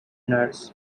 nurse